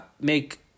make –